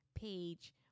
page